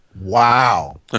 Wow